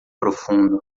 profundo